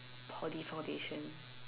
Poly foundation